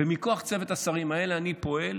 ומכוח צוות השרים הזה אני פועל